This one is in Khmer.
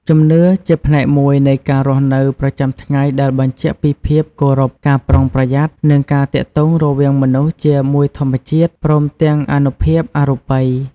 ជំនឿជាផ្នែកមួយនៃការរស់នៅប្រចាំថ្ងៃដែលបញ្ជាក់ពីភាពគោរព ការប្រុងប្រយ័ត្ន និងការទាក់ទងរវាងមនុស្សជាមួយធម្មជាតិ ព្រមទាំងអានុភាពអរូបី។